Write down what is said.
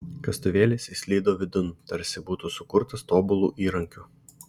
kastuvėlis įslydo vidun tarsi būtų sukurtas tobulu įrankiu